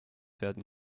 werden